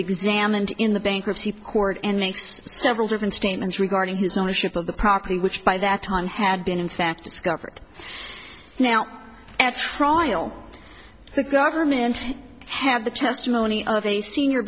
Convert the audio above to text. examined in the bankruptcy court and makes several different statements regarding his ownership of the property which by that time had been in fact discovered now at trial the government have the testimony of a senior